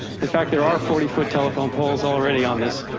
in fact, there are forty foot telephone poles already on this,